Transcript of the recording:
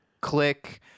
click